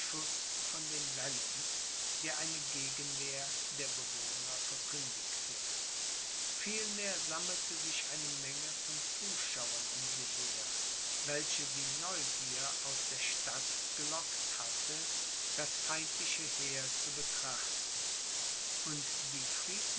von den wällen der eine gegenwehr der bewohner verkündigte vielmehr sammelte sich eine menge von zuschauern um sie her welche die neugier aus der stadt gelockt hatte das feindliche heer zu betrachten und die